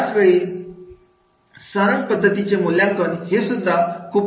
याच वेळी सारंग पद्धतीचे मूल्यांकन हे सुद्धा महत्वाचे असते